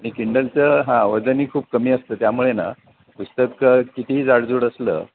आणि किंडलचं हां वजनही खूप कमी असतं त्यामुळे ना पुस्तकं कितीही जाडजूड असलं